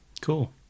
Cool